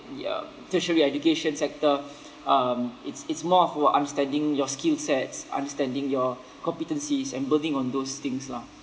the uh tertiary education sector um it's it's more of to understanding your skill sets understanding your competencies and building on those things lah